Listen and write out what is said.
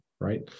right